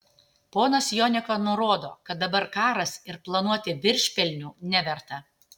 ponas jonika nurodo kad dabar karas ir planuoti viršpelnių neverta